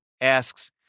asks